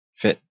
fit